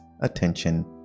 attention